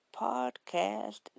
Podcast